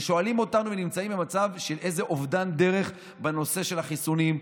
ששואלים אותנו ואנחנו נמצאים במצב של אובדן דרך בנושא של החיסונים.